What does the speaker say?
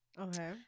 Okay